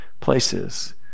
places